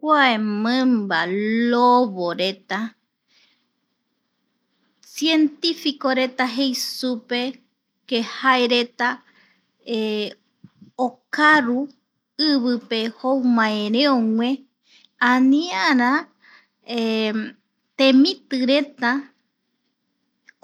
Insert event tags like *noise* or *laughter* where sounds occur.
Kuae mimba loboreta (pausa). Cientifico reta jei supe que jaereta *hesitation* okaru ivi pe jou maereogue, aniara *hesitation* temiti reta